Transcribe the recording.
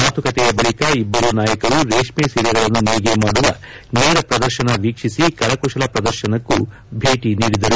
ಮಾತುಕತೆಯ ಬಳಿಕ ಇಬ್ಬರೂ ನಾಯಕರು ರೇಷ್ಮ ಸೀರೆಗಳನ್ನು ನೇಯ್ಗೆ ಮಾಡುವ ನೇರ ಪ್ರದರ್ಶನ ವೀಕ್ಷಿಸಿ ಕರಕುಶಲ ಪ್ರದರ್ಶನಕ್ಕೂ ಭೇಟ ನೀಡಿದರು